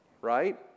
right